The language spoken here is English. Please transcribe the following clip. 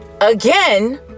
Again